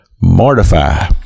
mortify